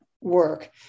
work